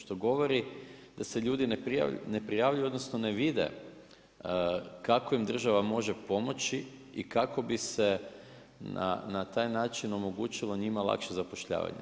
Što govori da se ljudi ne prijavi, odnosno, ne vide kako im država može pomoći i kako bi se na taj način omogućilo njima lakše zapošljavanje.